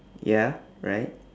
ya right